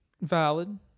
valid